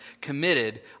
committed